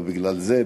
אבל לא בגלל זה,